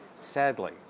Sadly